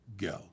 go